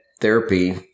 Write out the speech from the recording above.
therapy